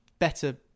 better